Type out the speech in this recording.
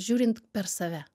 žiūrint per save